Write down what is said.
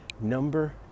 Number